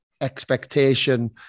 expectation